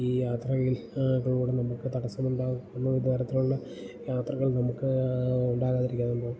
ഈ യാത്രയിൽ കൂടെ നമുക്ക് തടസ്സമുണ്ടാക്കുന്ന വിവിധതരത്തിലുള്ള യാത്രകൾ നമുക്ക് ഉണ്ടാകാതിരിക്കാനും